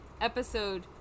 episode